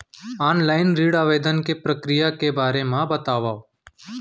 Online ऋण आवेदन के प्रक्रिया के बारे म बतावव?